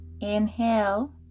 Inhale